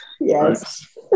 Yes